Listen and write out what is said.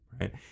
Right